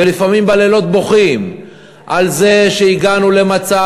ולפעמים בלילות בוכים על זה שהגענו למצב